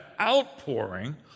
outpouring